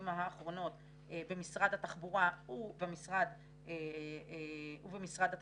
האחרונות במשרד הבריאות ובמשרד התחבורה.